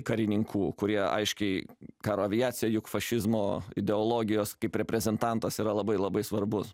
karininkų kurie aiškiai karo aviacija juk fašizmo ideologijos kaip reprezentantas yra labai labai svarbus